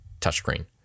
touchscreen